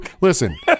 listen